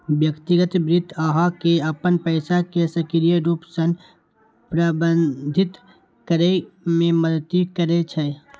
व्यक्तिगत वित्त अहां के अपन पैसा कें सक्रिय रूप सं प्रबंधित करै मे मदति करै छै